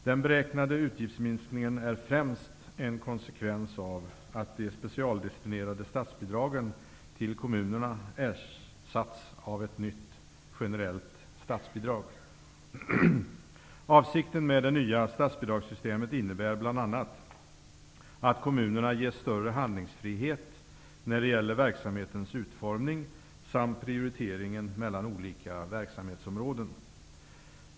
Den beräknade utgiftsminskningen är främst en konsekvens av att de specialdestinerade statsbidragen till kommunerna ersatts av ett nytt generellt statsbidrag. Avsikten med det nya statsbidragssystemet är bl.a. att kommunerna ges större handlingsfrihet när det gäller verksamhetens utformning samt vid prioriteringen mellan olika verksamhetsområden.